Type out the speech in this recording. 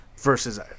versus